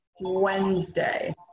Wednesday